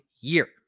year